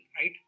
right